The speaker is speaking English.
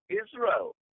Israel